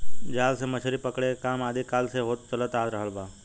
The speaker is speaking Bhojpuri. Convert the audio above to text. जाल से मछरी पकड़े के काम आदि काल से होत चलत आ रहल बा